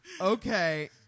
Okay